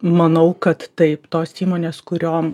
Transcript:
manau kad taip tos įmonės kuriom